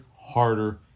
harder